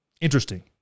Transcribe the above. Interesting